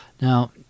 Now